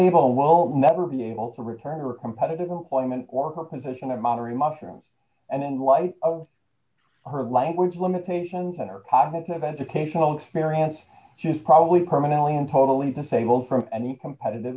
evil will never be able to return her competitive employment or her position of monitoring mushrooms and in light of her language limitations and her positive educational experience just probably permanently and totally disabled from any competitive